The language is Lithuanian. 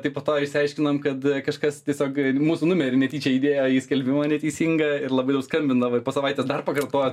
tai po to išsiaiškinom kad kažkas tiesiog mūsų numerį netyčia įdėjo į skelbimą neteisingą ir labai jau skambindavo ir po savaitės dar pakartojo